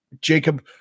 Jacob